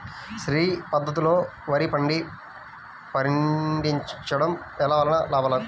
శ్రీ పద్ధతిలో వరి పంట పండించడం వలన లాభాలు?